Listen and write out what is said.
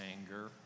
anger